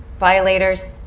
violators,